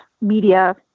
media